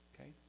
Okay